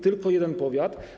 Tylko jeden powiat.